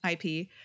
IP